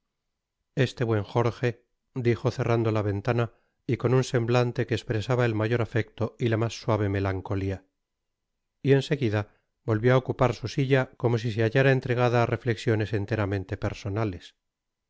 este buen jorge dijo cerrando la ventana y con un semblante que espresaba el mayor afecto y la mas suave melancolia y en seguida volvió á ocupar su silla como si se hallara entregada á reflexiones enteramente personales